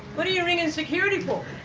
what are you ringing security for?